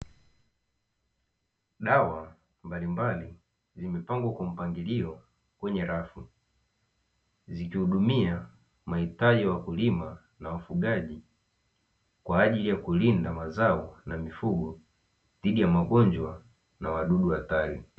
Dawa mbalimbali zimepangwa kwa mpangilio kwenye rafu, zikihudumia mahitaji ya wakulima na wafugaji kwa ajili ya kulinda mazao na mifugo dhidi ya magonjwa na wadudu hatari.